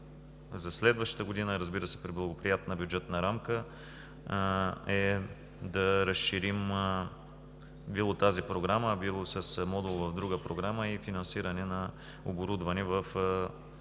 за следващата година, разбира се, при благоприятна бюджетна рамка, да разширим било тази програма, било с модул в друга програма, финансиране на оборудване – и